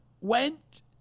went